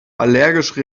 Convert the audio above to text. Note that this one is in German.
allergische